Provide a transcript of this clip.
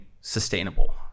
sustainable